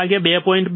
1 2